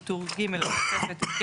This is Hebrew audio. בטור ג' לתוספת האמורה,